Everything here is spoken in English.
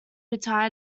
retired